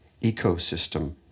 ecosystem